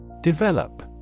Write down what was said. Develop